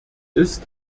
ist